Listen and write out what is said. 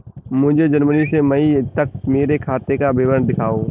मुझे जनवरी से मई तक मेरे खाते का विवरण दिखाओ?